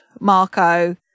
Marco